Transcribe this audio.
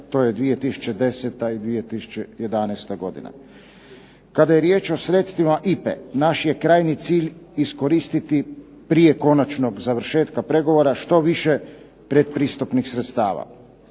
to je 2010. i 2011. godina. Kada je riječ o sredstvima IPA-e naš je krajnji cilj iskoristiti prije konačnog završetka pregovora što više pretpristupnih sredstava.